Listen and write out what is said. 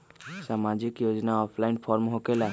समाजिक योजना offline form होकेला?